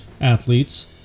athletes